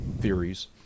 theories